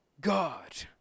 god